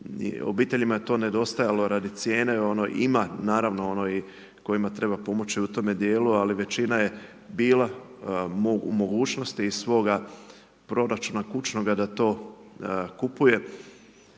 obiteljima je to nedostajalo radi cijene, ima naravno ono kojima treba pomoći u tome djelu ali većina je bila u mogućosti iz svoga proračuna kućnoga da to kupuje,